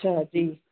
अच्छा जी